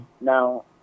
now